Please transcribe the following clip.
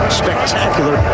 spectacular